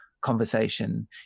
conversation